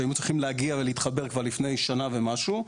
שהיו צריכים להגיע ולהתחבר כבר לפני שנה ומשהו,